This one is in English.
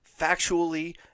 factually